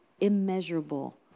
immeasurable